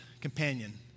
companion